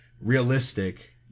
realistic